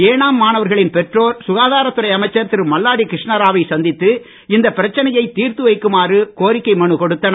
ஏனாம் மாணவர்களின் பெற்றோர் சுகாதார துறை அமைச்சர் திரு மல்லாடி கிருஷ்ணாராவை சந்தித்து இந்த பிரச்சனையை தீர்த்து வைக்குமாறு கோரிக்கை மனு கொடுத்தனர்